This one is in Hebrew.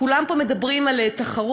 כולם פה מדברים על תחרות,